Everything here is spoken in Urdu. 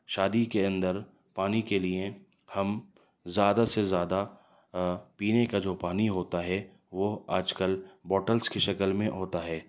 شادی کے اندر پانی کے لیے ہم زیادہ سے زیادہ پینے کا جو پانی ہوتا ہے وہ آج کل بوٹلس کی شکل میں ہوتا ہے